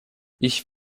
ich